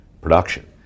production